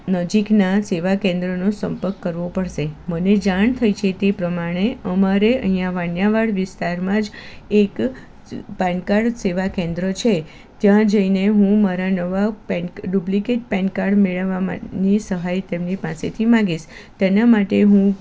નજીકના સેવા કેન્દ્રનો સંપર્ક કરવો પડશે મને જાણ થઈ છે તે પ્રમાણે અમારે અહીં વાણીયા વાડ વિસ્તારમાં જ એક પાન કાર્ડ સેવા કેન્દ્ર છે ત્યાં જઈને હું મારા નવા પાન ડુપ્લીકેટ પેન કાર્ડ મેળવવાની સહાય તેમની પાસેથી માંગીશ તેના માટે હું